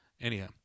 Anyhow